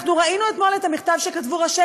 אנחנו ראינו אתמול את המכתב שכתבו ראשי